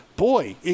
Boy